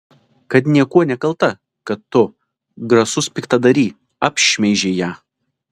kad niekuo nekalta kad tu grasus piktadary apšmeižei ją